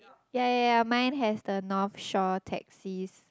yea yea yea mine has the North Shore taxis